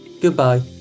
Goodbye